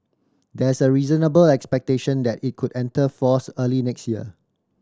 there's a reasonable expectation that it could enter force early next year